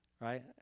right